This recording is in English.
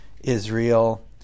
Israel